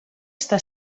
està